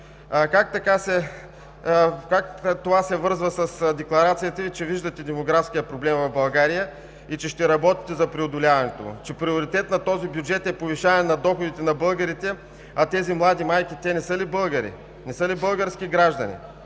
Как това се връзва с декларацията Ви, че виждате демографския проблем в България и че ще работите за преодоляването му, че приоритет на този бюджет е повишаване на доходите на българите?! А тези млади майки не са ли българи, не са ли български граждани?!